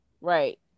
Right